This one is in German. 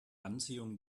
anziehung